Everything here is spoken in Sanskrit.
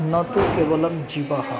न तु केवलं जीवः